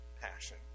passion